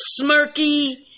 smirky